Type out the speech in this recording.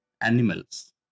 animals